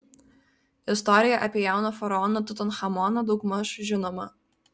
istorija apie jauną faraoną tutanchamoną daugmaž žinoma